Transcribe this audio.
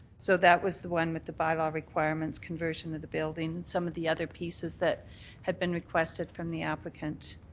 so that was the one with the bylaw requirements, conversion of the building, some of the other pieces that had been requested from the applicant.